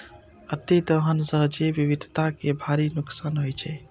अतिदोहन सं जैव विविधता कें भारी नुकसान होइ छै